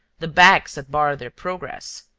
the backs that barred their progress.